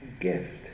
gift